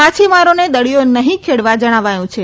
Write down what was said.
માછીમારોને દરિયો નફી ખેંડવા જણાવ્યું છે